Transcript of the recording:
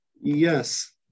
Yes